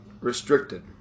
restricted